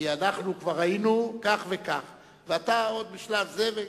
כי אנחנו היינו כבר כך וכך, ואתה עוד בשלב הזה.